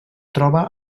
troba